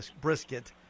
brisket